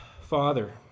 father